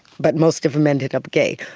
but most of them ended up gay.